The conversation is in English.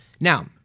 Now